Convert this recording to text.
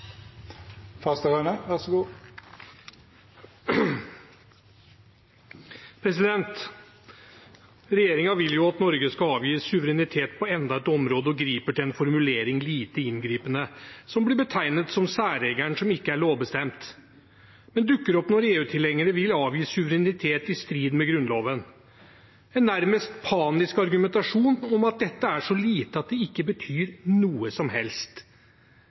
vil at Norge skal avgi suverenitet på enda et område, og griper til formuleringen «lite inngripende», som blir betegnet som en særregel som ikke er lovbestemt. Den dukker opp når EU-tilhengere vil avgi suverenitet i strid med Grunnloven – en nærmest panisk argumentasjon for at dette er så lite at det ikke betyr noe som helst.